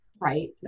right